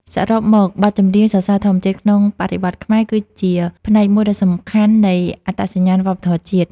សរុបមក បទចម្រៀងសរសើរធម្មជាតិក្នុងបរិបទខ្មែរ គឺជាផ្នែកមួយដ៏សំខាន់នៃអត្តសញ្ញាណវប្បធម៌ជាតិ។